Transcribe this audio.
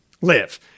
Live